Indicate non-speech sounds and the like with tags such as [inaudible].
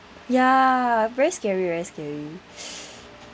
ya very scary very scary [noise]